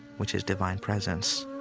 which is divine presence.